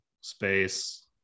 space